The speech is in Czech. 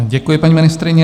Děkuji, paní ministryně.